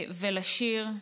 ולשיר.